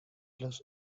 los